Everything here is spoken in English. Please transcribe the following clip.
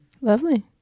Lovely